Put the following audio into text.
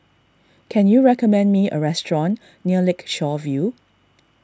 can you recommend me a restaurant near Lakeshore View